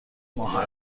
ماه